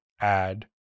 add